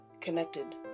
connected